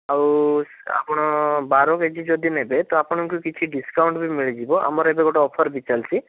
ଆଉ ଆପଣ ବାର କେଜି ଯଦି ନେବେ ତ ଆପଣଙ୍କୁ କିଛି ଡିସ୍କାଉଣ୍ଟ ବି ମିଳିଯିବ ଆମର ଏବେ ଗୋଟେ ଅଫର୍ ବି ଚାଲିଛି